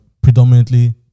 predominantly